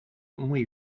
muy